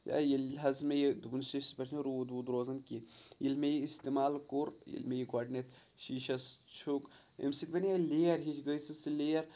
ہے ییٚلہِ حظ مےٚ یہِ دوٚپُن سِیٖسَس پٮ۪ٹھ چھِنہٕ روٗد ووٗد روزان کینٛہہ ییٚلہِ مےٚ یہِ اِستعمال کوٚر ییٚلہِ مےٚ یہِ گۄڈنٮ۪تھ شیٖشَس چھُکھ ییٚمہِ سۭتۍ بَنے لیَر ہیٚچھ گٔے سُہ سُہ لیَر